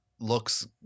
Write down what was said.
looks